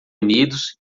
unidos